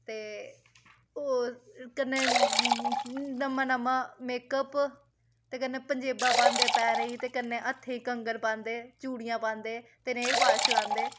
ते होर कन्नै नमां नमां मेकअप ते कन्नै पंजेबां पांदे पैरें ते कन्नै हत्थें ई कंगन पांदे चुड़ियां पांदे ते नेल पालिश लांदे